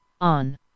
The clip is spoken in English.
on